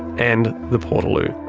and the portaloo.